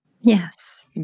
Yes